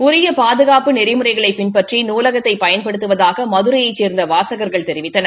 ஊரிய பாதுகாப்பு நெறிமுறைகளை பின்பற்றி நூலகத்தை பயன்படுத்துவதாக மதுரையைச் சேர்ந்த வாசகர்கள் ஒருவர் தெரிவித்தார்